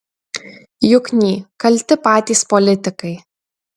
jukny kalti patys politikai